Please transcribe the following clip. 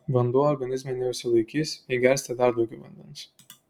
vanduo organizme neužsilaikys jei gersite dar daugiau vandens